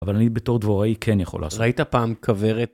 אבל אני בתור דבוראי כן יכול לעשות. -ראית פעם כוורת.